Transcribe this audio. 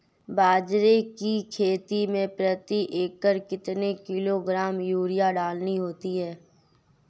बाजरे की खेती में प्रति एकड़ कितने किलोग्राम यूरिया डालनी होती है?